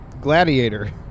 Gladiator